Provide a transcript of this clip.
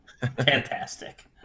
fantastic